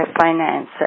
finance